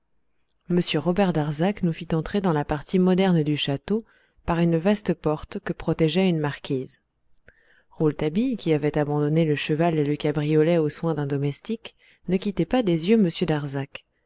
robert darzac nous fit entrer dans la partie moderne du château par une vaste porte que protégeait une marquise rouletabille qui avait abandonné le cheval et le cabriolet aux soins d'un domestique ne quittait pas des yeux m darzac